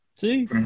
See